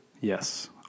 Yes